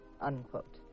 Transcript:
unquote